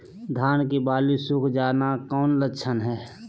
धान की बाली सुख जाना कौन लक्षण हैं?